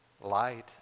light